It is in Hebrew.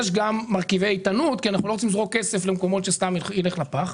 יש גם מרכיבי איתנות כי אנחנו לא רוצים לזרוק כסף למקומות שסתם ילך לפח,